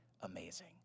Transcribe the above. amazing